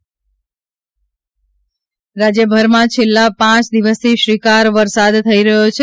વરસાદ રાજ્યમાં છેલ્લા પાંચ દિવસથી શ્રીકાર વરસાદ થઇ રહ્યો છે